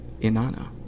Inanna